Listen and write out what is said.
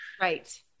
Right